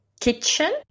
kitchen